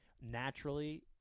naturally